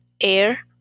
air